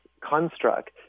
construct